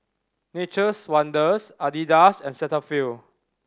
Nature's Wonders Adidas and Cetaphil